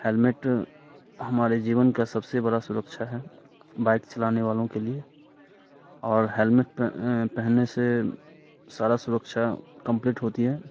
helmet हमारे जीवन का सबसे बड़ा सुरक्षा है बाइक चलाने वालों के लिए और हैलमेट पहनने से सारा सुरक्षा कंप्लीट होती है